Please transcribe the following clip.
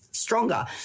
stronger